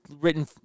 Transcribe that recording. written